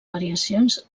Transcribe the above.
variacions